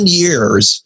years